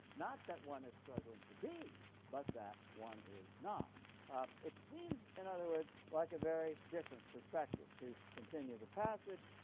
not that one is struggling to be but that one is not. it seems, in other words, like a very different perspective. to continue the passage,